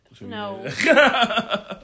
No